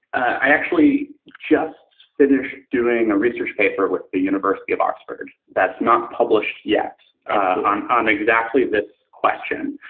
i actually just finished doing a research paper with the university of oxford that's not published yet on on exactly this question,